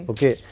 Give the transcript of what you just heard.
Okay